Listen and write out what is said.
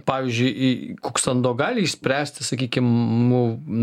pavyzdžiui kuksando gali išspręsti sakykim nu